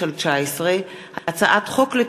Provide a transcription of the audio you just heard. פ/1735/19 וכלה בהצעת חוק פ/1752/19,